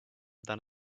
done